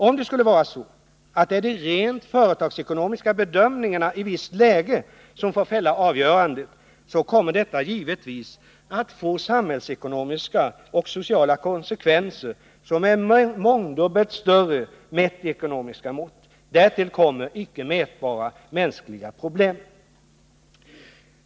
Om det skulle vara så att det är de rent företagsekonomiska bedömningarna i ett visst läge som får fälla avgörandet, så kommer detta givetvis att få samhällsekonomiska och sociala konsekvenser som är mångdubbelt större mätt i ekonomiska mått. Därtill kommer icke mätbara mänskliga problem.